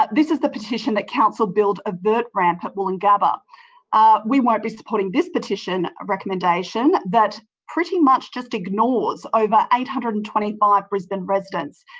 this is the petition that council build a vert ramp at woolloongabba. we won't be supporting this petition recommendation that pretty much just ignores over eight hundred and twenty five brisbane residents.